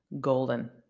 golden